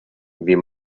wie